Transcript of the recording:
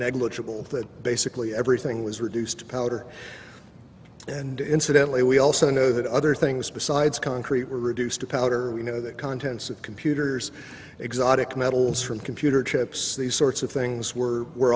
negligible that basically everything was reduced to powder and incidentally we also know that other things besides concrete were reduced to powder you know the contents of computers exotic metals from computer chips these sorts of things were were